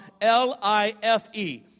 L-I-F-E